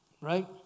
Right